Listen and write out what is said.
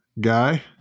guy